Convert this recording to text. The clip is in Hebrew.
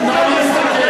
צריך,